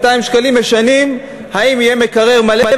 200 שקלים,